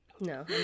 No